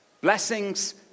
blessings